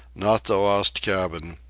not the lost cabin,